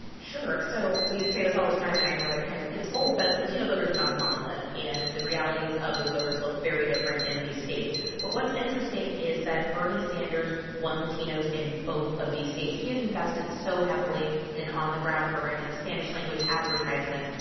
sure. so we say this all the time, and i know it kind of gets old, but latino voters are not a monolith, and the realities of those voters look very different in these states. but what's interesting is that bernie sanders won latinos in both of these states. he has invested so heavily in an on-the-ground program and spanish-language advertisements.